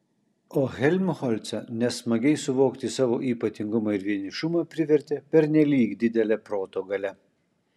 o helmholcą nesmagiai suvokti savo ypatingumą ir vienišumą privertė pernelyg didelė proto galia